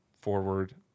forward